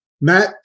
Matt